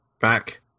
back